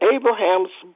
Abraham's